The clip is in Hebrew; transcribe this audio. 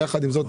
יחד עם זאת,